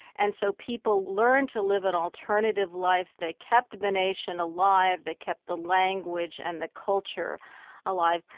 and so people learned to live an alternative life. they kept the nation alive they kept the language and the culture alive.